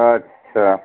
আচ্ছা